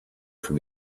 from